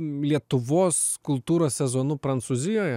lietuvos kultūros sezonu prancūzijoje